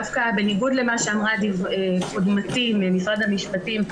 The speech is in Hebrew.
דווקא בניגוד למה שאמרה קודמתי ממשרד המשפטים,